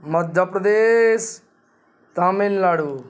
Madhya Pradesh Tamil Nadu